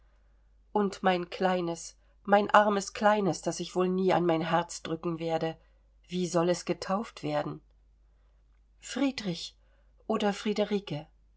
und mein kleines mein armes kleines das ich wohl nie an mein herz drücken werde wie soll es getauft werden friedrich oder friederike